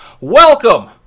Welcome